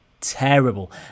terrible